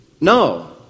No